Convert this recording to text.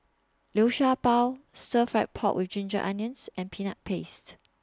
Liu Sha Bao Stir Fry Pork with Ginger Onions and Peanut Paste